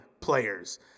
players